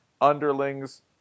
underlings